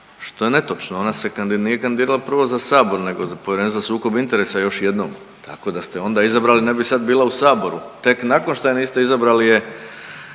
što je netočno, ona se nije kandidirala prvo za Sabor nego za Povjerenstvo za sukob interesa još jednom tako da ste je onda izabrali ne bi sad bila u Saboru. Tek nakon što je niste izabrali se